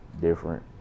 different